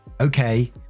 Okay